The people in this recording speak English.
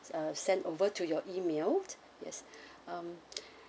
uh sent over to your email yes